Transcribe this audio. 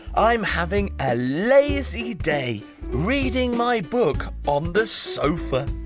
i am having a lazy day reading my book on the sofa.